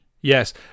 Yes